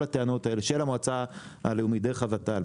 הטענות האלה של המועצה הלאומית דרך הוות"ל.